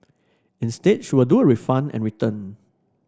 instead she will do a refund and return